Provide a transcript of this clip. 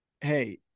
hey